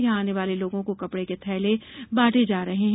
यहां आने वाले लोगों को कपड़े के थैले बांटे जा रहे हैं